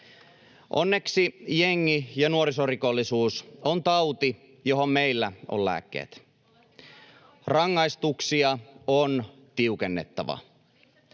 Onneksi jengi- ja nuorisorikollisuus on tauti, johon meillä on lääkkeet. Rangaistuksia on tiukennettava.